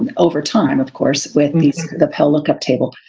and over time, of course, with these, the pell lookup table.